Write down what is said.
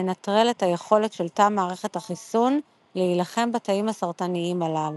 מנטרל את היכולת של תא מערכת החיסון להילחם בתאים הסרטניים הללו.